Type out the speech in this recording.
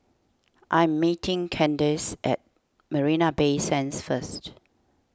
I am meeting Kandace at Marina Bay Sands first